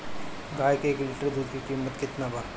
गाय के एक लिटर दूध के कीमत केतना बा?